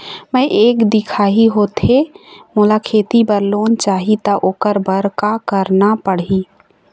मैं एक दिखाही होथे मोला खेती बर लोन चाही त ओकर बर का का करना पड़ही?